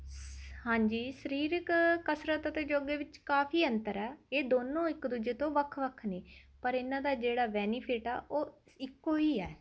ਸ ਹਾਂਜੀ ਸਰੀਰਿਕ ਕਸਰਤ ਅਤੇ ਯੋਗਾ ਵਿੱਚ ਕਾਫ਼ੀ ਅੰਤਰ ਹੈ ਇਹ ਦੋਨੋਂ ਇੱਕ ਦੂਜੇ ਤੋਂ ਵੱਖ ਵੱਖ ਨੇ ਪਰ ਇਨ੍ਹਾਂ ਦਾ ਜਿਹੜਾ ਬੈਨੀਫਿਟ ਹੈ ਉਹ ਇੱਕ ਹੀ ਹੈ